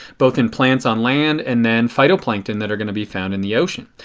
both in plants on land and then phytoplankton that are going to be found in the ocean.